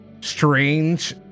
strange